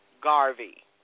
Garvey